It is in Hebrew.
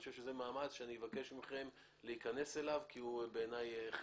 אני חושב שזה מאמץ שאבקש מכם להכנס אליו כי בעיני הוא הכרחי.